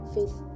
Faith